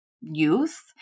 youth